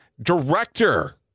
director